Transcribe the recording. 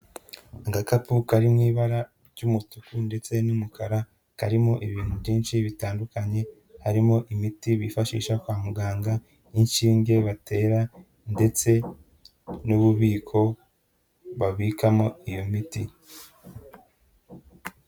Agakapu kari mu ibara ry'umutuku ndetse n'umukara, karimo ibintu byinshi bitandukanye, harimo imiti bifashisha kwa muganga n'inshinge batera ndetse n'ububiko babikamo iyo miti.